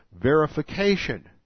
verification